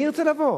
מי ירצה לבוא?